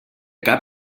cap